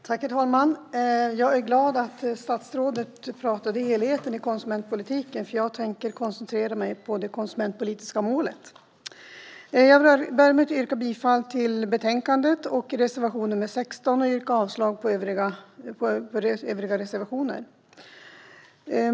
Herr talman! Jag är glad att statsrådet tog upp helheten i konsumentpolitiken, för jag tänker koncentrera mig på det konsumentpolitiska målet. Jag vill börja med att yrka bifall till utskottets förslag i betänkandet och till reservation nr 16 och avslag på övriga reservationer.